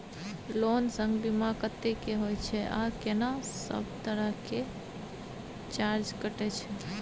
Loan संग बीमा कत्ते के होय छै आ केना सब तरह के चार्ज कटै छै?